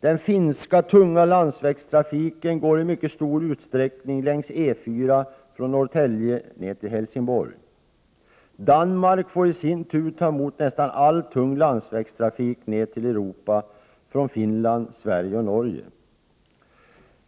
Den finska tunga landsvägstrafiken går i mycket stor utsträckning längs E 4 från Norrtälje till Helsingborg. Danmark får i sin tur ta emot nästan all tung landsvägstrafik ned till Europa från Finland, Sverige och Norge.